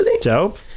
dope